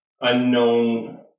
unknown